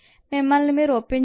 మిమ్మల్ని మీరు ఒప్పించండి